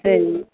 சரிங்க மேம்